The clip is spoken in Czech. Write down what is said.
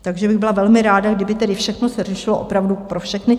Takže bych byla velmi ráda, kdyby všechno se řešilo opravdu pro všechny.